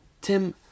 Tim